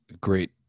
great